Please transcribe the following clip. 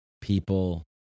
people